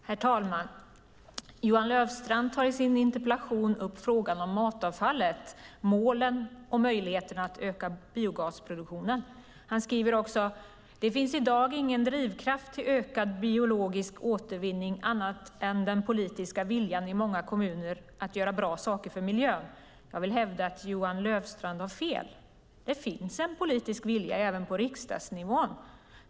Herr talman! Johan Löfstrand tar i sin interpellation upp frågan matavfallet, målen och möjligheterna att öka biogasproduktionen. Han skriver också: "Det finns i dag ingen drivkraft till ökad biologisk återvinning annat än den politiska viljan i många kommuner att göra bra saker för miljön." Jag vill hävda att Johan Löfstrand har fel. Det finns en politisk vilja även på riksdagsnivå.